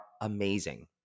amazing